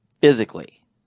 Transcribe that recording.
physically